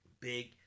big